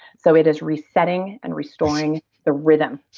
so it is resetting and restoring the rhythm.